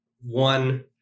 one